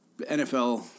NFL